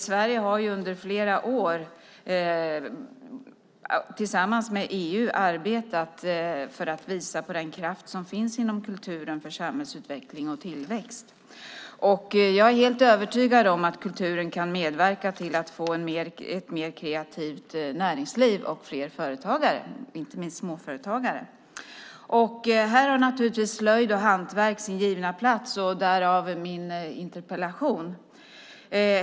Sverige har under flera år tillsammans med EU arbetat för att visa på den kraft som finns inom kulturen för samhällsutveckling och tillväxt. Jag är helt övertygad om att kulturen kan medverka till att vi får ett mer kreativt näringsliv och fler företagare, inte minst småföretagare. Här har naturligtvis slöjd och hantverk sin givna plats, och därav min interpellation.